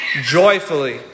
joyfully